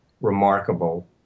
remarkable